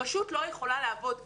רשות לא יכולה לעבוד ככה,